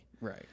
Right